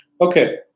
Okay